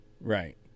Right